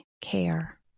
care